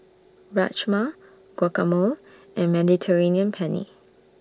Rajma Guacamole and Mediterranean Penne